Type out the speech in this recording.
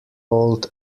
old